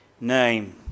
name